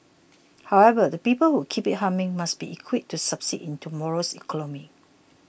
however the people who keep it humming must be equipped to succeed in tomorrow's economy